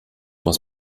muss